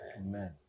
Amen